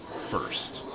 first